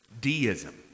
deism